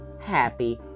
happy